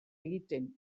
egiten